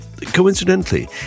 Coincidentally